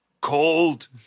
cold